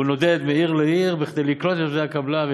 הוא נודד מעיר לעיר כדי לקלוט את עובדי הקבלן,